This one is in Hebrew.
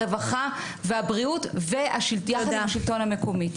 הרווחה והבריאות ויחד עם השלטון המקומי.